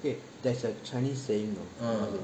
there's a chinese saying know